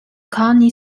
county